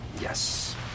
Yes